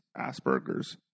Asperger's